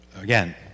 Again